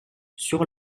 sur